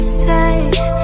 say